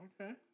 Okay